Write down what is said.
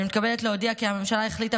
אני מתכבדת להודיע כי הממשלה החליטה